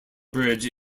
bridge